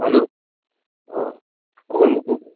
hello अँ को बोल्नु भएको